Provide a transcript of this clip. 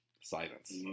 Silence